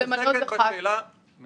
יש